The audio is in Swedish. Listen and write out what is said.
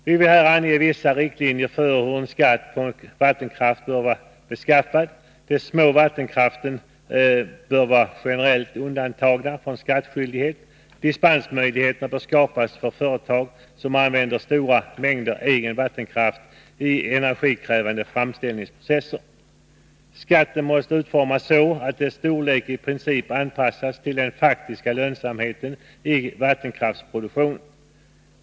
Jag vill här ange vissa riktlinjer för hur en skatt på vattenkraft bör vara beskaffad. De små vattenkraftverken bör vara generellt undantagna från skattskyldighet. Dispensmöjligheter bör skapas för företag som använder stora mängder egen vattenkraft i energikrävande framställningsprocesser. Skatten måste utformas så att dess storlek i princip anpassas till den faktiska lönsamheten i vattenkraftsproduktionen.